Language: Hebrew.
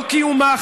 לא קיומה,